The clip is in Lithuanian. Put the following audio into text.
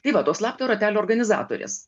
tai vat to slapto ratelio organizatorės